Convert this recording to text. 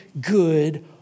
good